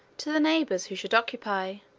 to the neighbors who should occupy,